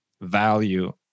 value